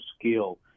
skill